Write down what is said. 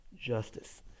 justice